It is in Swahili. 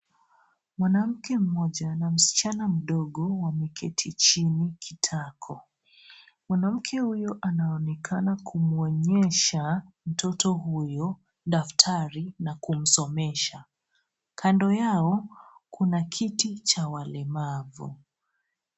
Mwanamke mmoja na msichana mdogo wameketi chini kitako ,mwanamke huyo anaonekana kumwonyesha mtoto huyo daftari na kumsomesha ,kando yao kuna kiti cha walemavu.